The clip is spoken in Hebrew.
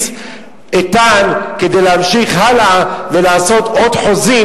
איתן כדי להמשיך הלאה ולעשות עוד חוזים,